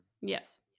Yes